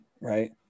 right